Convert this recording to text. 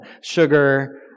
Sugar